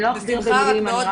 אני רק